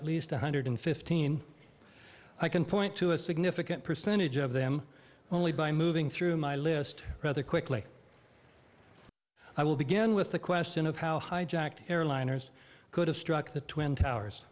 at least one hundred fifteen i can point to a significant percentage of them only by moving through my list rather quickly i will begin with the question of how hijacked airliners could have struck the twin towers